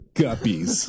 guppies